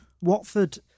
Watford